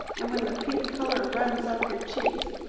and when the pink colour runs up your cheeks.